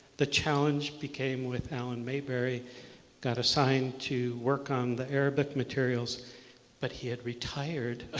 the challenge became with alan mayberry got assigned to work on the arabic materials but he had retired